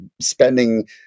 spending